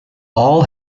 all